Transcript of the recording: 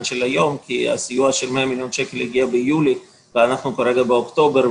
של היום כי הסיוע של 100 מיליון שקל הגיע ביולי ואנחנו כרגע באוקטובר.